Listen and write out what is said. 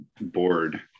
board